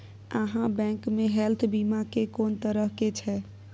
आहाँ बैंक मे हेल्थ बीमा के कोन तरह के छै?